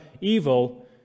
evil